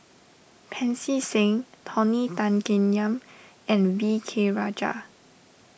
Pancy Seng Tony Tan Keng Yam and V K Rajah